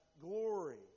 glory